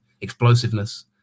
explosiveness